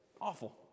awful